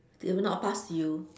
they will not pass to you